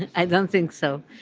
and i don't think so.